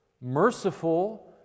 merciful